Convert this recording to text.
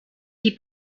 die